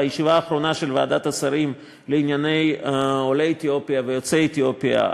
בישיבה האחרונה של ועדת השרים לענייני עולי אתיופיה ויוצאי אתיופיה,